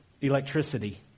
electricity